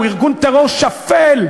ארגון טרור שפל.